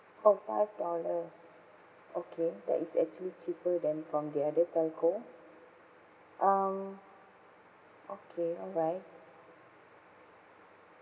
oh five dollars okay that is actually cheaper than from the other telco um okay alright